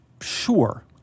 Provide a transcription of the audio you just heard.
sure